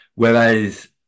Whereas